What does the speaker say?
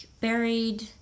buried